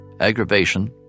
aggravation